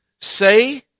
Say